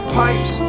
pipes